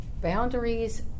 Boundaries